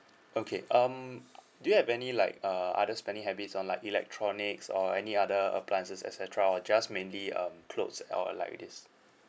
okay um do you have any like uh other spending habits on like electronics or any other appliances et cetera or just mainly um clothes or like it is